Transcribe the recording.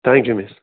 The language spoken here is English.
thank you miss